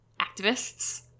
activists